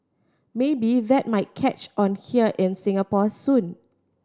maybe that might catch on here in Singapore soon